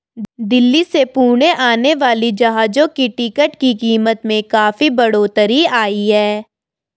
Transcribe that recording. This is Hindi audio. दिल्ली से पुणे आने वाली जहाजों की टिकट की कीमत में काफी बढ़ोतरी आई है